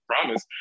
Promise